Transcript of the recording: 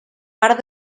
part